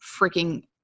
freaking